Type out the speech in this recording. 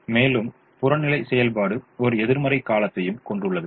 மேலும் புறநிலை செயல்பாடு ஒரு எதிர்மறை காலத்தையும் கொண்டுள்ளது